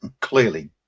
Clearly